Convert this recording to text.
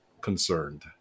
concerned